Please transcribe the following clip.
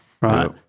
Right